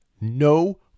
no